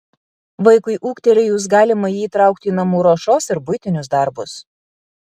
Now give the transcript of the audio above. vaikui ūgtelėjus galima jį įtraukti į namų ruošos ir buitinius darbus